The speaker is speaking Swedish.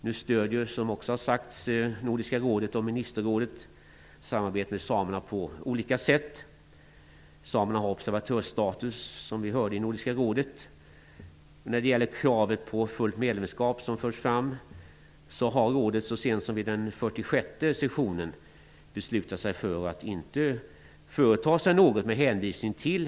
Som tidigare har sagts stöder nu Nordiska rådet och ministerrådet samarbetet med samerna på olika sätt. Som vi hörde har samerna observatörstatus i Nordiska rådet. När det gäller det krav på fullt medlemskap som har förts fram har rådet så sent som vid den 46:e sessionen, med hänvisning till Helsingforsavtalet, beslutat att inte företa någon åtgärd i detta avseende.